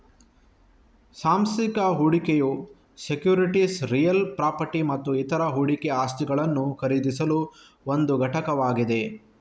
ಸಾಂಸ್ಥಿಕ ಹೂಡಿಕೆಯು securities real property ಮತ್ತು ಇತರ ಹೂಡಿಕೆ ಆಸ್ತಿಗಳನ್ನು ಖರೀದಿಸಲು ಒಂದು ಘಟಕವಾಗಿದೆ